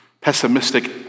pessimistic